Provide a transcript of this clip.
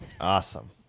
Awesome